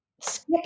skip